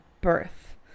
birth